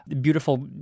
beautiful